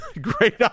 Great